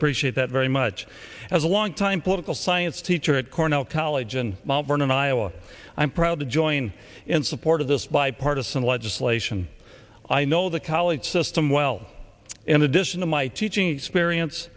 appreciate that very much as a long time political science teacher at cornell college and well born in iowa i'm proud to join in support of this bipartisan legislation i know the college system well in addition to my teaching experience